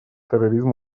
терроризм